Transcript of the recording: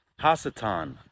Hasatan